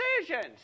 decisions